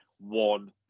one